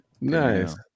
nice